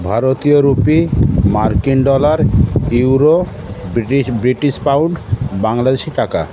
ভারতীয় রুপি মার্কিন dollar euro British British pound Bangladeshi টাকা